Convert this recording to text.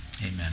Amen